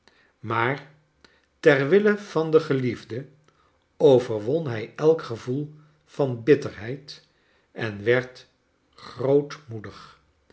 maar tor wille van de geliefde overwon hij elk gevoel van bitterheid en werd